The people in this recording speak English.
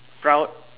proud